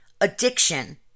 addiction